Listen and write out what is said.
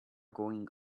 going